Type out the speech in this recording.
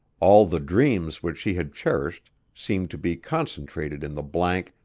all the dreams which she had cherished seemed to be concentrated in the blank,